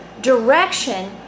direction